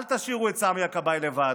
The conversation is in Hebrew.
אל תשאירו את סמי הכבאי לבד.